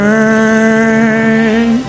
Burn